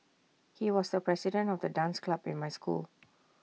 he was the president of the dance club in my school